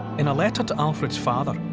in a letter to alfred's father,